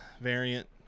variant